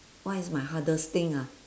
what is my hardest thing ah